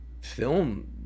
film